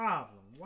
Problem